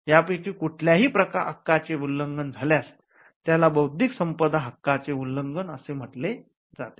यापैकी कुठल्याही हक्काचे उल्लंघन झाल्यास त्याला बौद्धिक संपदा हक्काचे उल्लंघन असे म्हटले जाते